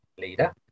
leader